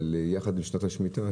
יחד עם שנת השמיטה,